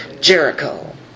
Jericho